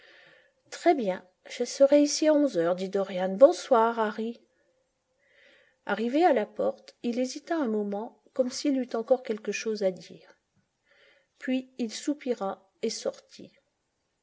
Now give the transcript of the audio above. très bien je serai ici à onze heures dit dorian bonsoir harry arrivé à la porte il hésita un moment comme s'il eût encore quelque chose à dire puis il soupira et sortit